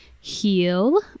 Heal